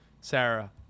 Sarah